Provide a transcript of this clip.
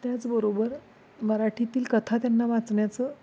त्याचबरोबर मराठीतील कथा त्यांना वाचण्याचं